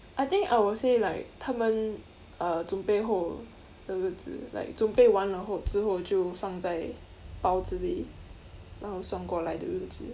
I think I would say like 他们 uh 准备后的日子 like 准备完了后之后就放在包子里然后送过来的日子:zhun be wan le hou zhi hou jiu fan zai bao zi li ran hou song guo lai de ri zi